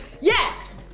Yes